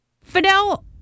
Fidel